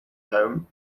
home